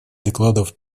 докладов